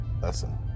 lesson